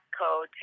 code